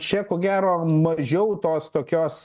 čia ko gero mažiau tos tokios